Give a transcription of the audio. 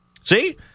See